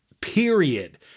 period